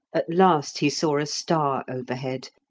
at last he saw a star overhead,